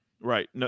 Right